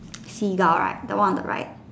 Seagull right the one on the right